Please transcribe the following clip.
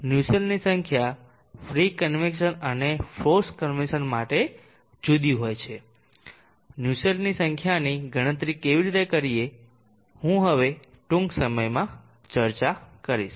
નુસ્સેલ્ટની સંખ્યા free convection અને forced convection માટે જુદી હોય છે નુસેલ્ટની સંખ્યાની ગણતરી કેવી રીતે કરીએ હું હવે ટૂંક સમયમાં ચર્ચા કરીશ